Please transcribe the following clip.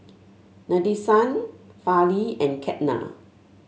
Nadesan Fali and Ketna